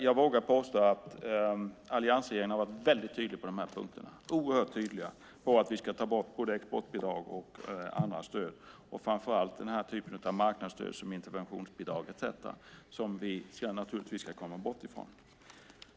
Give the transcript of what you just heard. Jag vågar påstå att alliansregeringen har varit mycket tydlig på de här punkterna på att vi ska ta bort både exportbidrag och annat stöd och framför allt den typen av marknadsstöd som interventionsbidraget är och som vi naturligtvis ska komma bort ifrån.